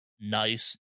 nice